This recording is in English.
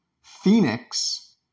Phoenix